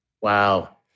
Wow